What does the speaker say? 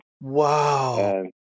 Wow